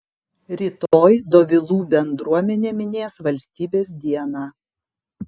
rytoj dovilų bendruomenė minės valstybės dieną